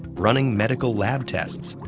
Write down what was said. running medical lab tests,